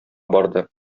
барды